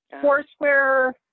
Foursquare